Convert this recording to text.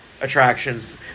attractions